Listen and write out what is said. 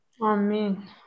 Amen